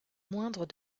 moindre